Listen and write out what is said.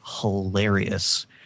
hilarious